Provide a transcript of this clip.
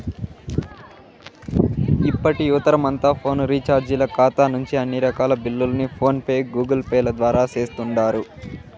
ఇప్పటి యువతరమంతా ఫోను రీచార్జీల కాతా నుంచి అన్ని రకాల బిల్లుల్ని ఫోన్ పే, గూగుల్పేల ద్వారా సేస్తుండారు